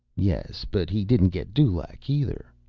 yes, but he didn't get dulaq, either.